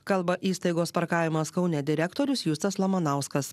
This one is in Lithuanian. kalba įstaigos parkavimas kaune direktorius justas lamanauskas